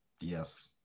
Yes